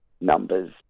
numbers